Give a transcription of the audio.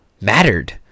mattered